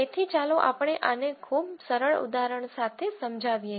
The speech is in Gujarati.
તેથી ચાલો આપણે આને ખૂબ સરળ ઉદાહરણ સાથે સમજાવીએ